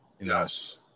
Yes